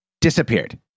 disappeared